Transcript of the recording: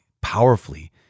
powerfully